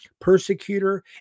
persecutor